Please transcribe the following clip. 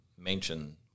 Mention